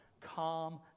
Calm